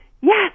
yes